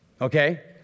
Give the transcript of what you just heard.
Okay